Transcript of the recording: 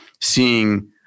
seeing